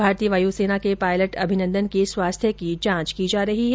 भारतीय वायुसेना के पायलट अभिनंदन के स्वास्थ्य की जांच की जा रही है